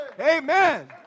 Amen